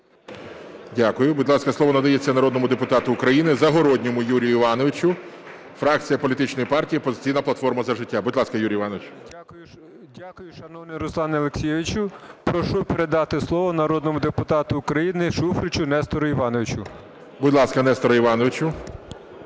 Дякую. Будь ласка, слово надається народному депутату України Загородньому Юрію Івановичу, фракція політичної партії "Опозиційна платформа – За життя". Будь ласка, Юрію Івановичу. 11:55:16 ЗАГОРОДНІЙ Ю.І. Дякую, шановний Руслане Олексійовичу. Прошу передати слово народному депутату України Шуфричу Нестору Івановичу. ГОЛОВУЮЧИЙ. Будь ласка, Несторе Івановичу.